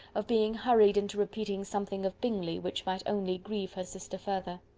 of being hurried into repeating something of bingley which might only grieve her sister further.